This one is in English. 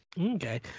Okay